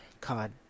COD